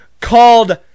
called